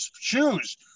shoes